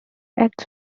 acts